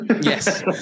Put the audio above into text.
yes